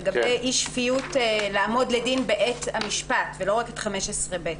לגבי אי שפיות לעמוד לדין בעת המשפט ולא רק את15(ב).